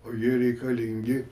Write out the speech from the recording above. o jie reikalingi